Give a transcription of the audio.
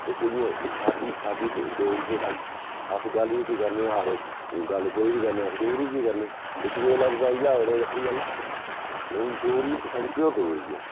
इक इयां सादी सादी डोगरी ऐ साढ़ी अस गल्ल जेह्की करने आं हर गल्ल कोई बी करने आं अस डोगरी च ही करने आं बिच्च कोई लफज आई जाह्ग ते ओह बक्खरी गल्ल ऐ ते हून डोगरी इक साढ़ी प्योर डोगरी ऐ